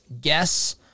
guess